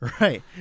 right